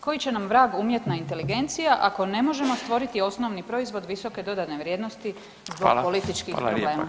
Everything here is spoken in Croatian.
Koji će nam vrag umjetna inteligencija ako ne možemo stvoriti osnovni proizvod visoke dodane vrijednosti zbog političkih problema.